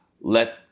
let